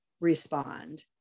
respond